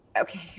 Okay